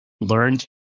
learned